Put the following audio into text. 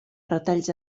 retalls